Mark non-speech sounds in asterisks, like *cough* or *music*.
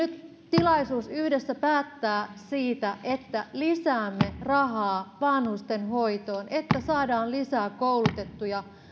*unintelligible* nyt tilaisuus yhdessä päättää siitä että lisäämme rahaa vanhustenhoitoon että saadaan lisää koulutettuja